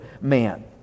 man